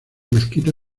mezquita